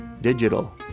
Digital